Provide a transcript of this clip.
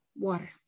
water